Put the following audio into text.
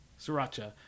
Sriracha